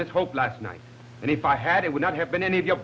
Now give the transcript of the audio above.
miss hope last night and if i had it would not have been any of your